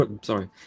sorry